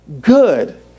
good